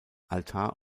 altar